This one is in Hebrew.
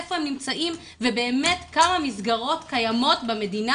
איפה הם נמצאים ובאמת כמה מסגרות קיימות במדינה